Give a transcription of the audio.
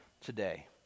today